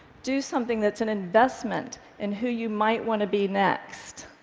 do something that's an investment in who you might want to be next.